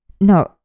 No